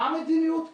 מה המדיניות פה?